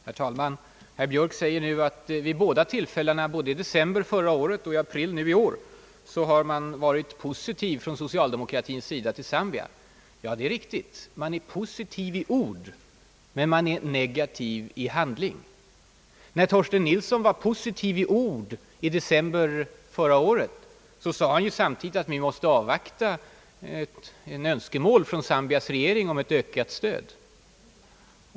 Herr talman! Herr Björk anför nu, att socialdemokraterna både i december föregående år och i april i år varit positivt inställda till Zambia. Ja, det är riktigt: man är positiv i ord. Men man är negativ i handling! När herr Torsten Nilsson var positiv i ord i december föregående år uttalade han samtidigt, att vi måste avvakta ett önskemål från Zambias regering om ett ökat stöd.